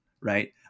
right